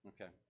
okay